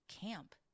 camp